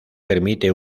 permite